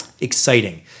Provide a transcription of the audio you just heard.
exciting